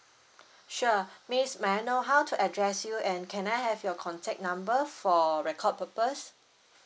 sure miss may I know how to address you and can I have your contact number for record purpose